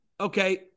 Okay